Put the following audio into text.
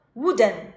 wooden